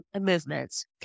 movements